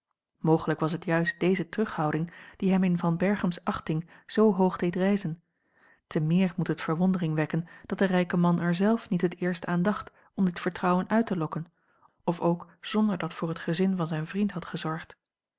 mogelijk was het juist deze terughouding die hem in van berchem's achting zoo hoog deed rijzen te meer moet het verwondering wekken dat de rijke man er zelf niet het eerst aan dacht om dit vertrouwen uit te lokken of ook zonder dat voor het gezin van zijn vriend had gezorgd